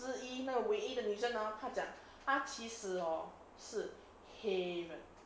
之一那唯一的女生 hor 她讲她其实 hor 是黑人